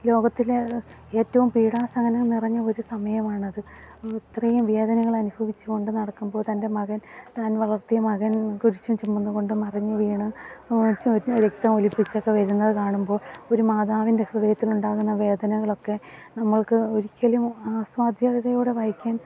ലോകത്തിലെ ഏറ്റവും പീഡന സഹനം നിറഞ്ഞ ഒരു സമയമാണത് ഇത്രയും വേദനകളനുഭവിച്ചുകൊണ്ട് നടക്കുമ്പോള് തൻ്റെ മകൻ താൻ വളർത്തിയ മകൻ കുരിശും ചുമന്നുകൊണ്ട് മറിഞ്ഞുവീണ് ചോ രക്തം ഒലിപ്പിച്ചൊക്കെ വരുന്നത് കാണുമ്പോള് ഒരു മാതാവിൻ്റെ ഹൃദയത്തിലുണ്ടാകുന്ന വേദനകളൊക്കെ നമ്മൾക്ക് ഒരിക്കലും ആസ്വാദ്യതയോടെ വായിക്കാൻ